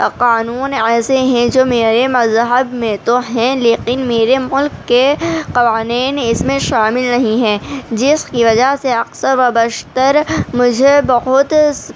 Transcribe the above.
قانون ایسے ہیں جو میرے مذہب میں تو ہیں لیکن میرے ملک کے قوانین اس میں شامل نہیں ہیں جس کی وجہ سے اکثر و بشتر مجھے بہت